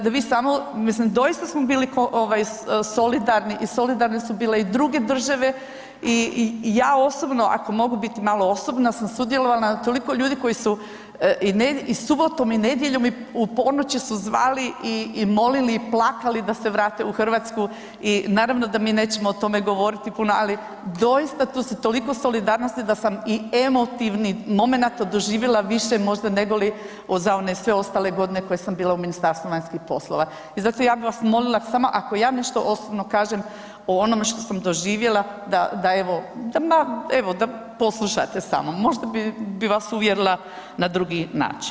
Da, da vi samo, mislim doista smo bili ovaj solidarni i solidarne su bile i druge države i, i ja osobno ako mogu biti malo osobna sam sudjelovala na toliko ljudi koji su i subotom i nedjeljom i u ponoći su zvali i, i molili i plakali da se vrate u RH i naravno da mi nećemo o tome govoriti puno, ali doista tu se toliko solidarnost da sam i emotivni momenat doživila više možda nego li za sve one ostale godine koje sam bila u Ministarstvu vanjskih poslova i zato ja bi vas molila samo ako ja nešto osobno kažem o onome što sam doživjela, da, da evo, da, evo da poslušate samo možda bi vas uvjerila na drugi način.